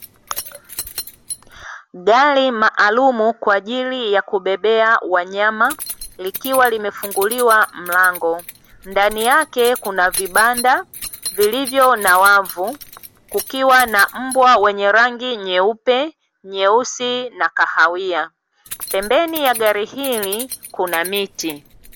Gari maalumu kwa ajili ya kubebea wanyama likiwa limefunguliwa mlango. Ndani yake kuna vibanda vilivyo na wavu, kukiwa na mbwa wenye rangi nyeupe, nyeusi na kahawia. Pembeni ya gari hili kuna miti.